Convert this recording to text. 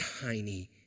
tiny